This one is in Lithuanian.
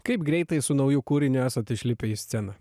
kaip greitai su nauju kūriniu esat išlipę į sceną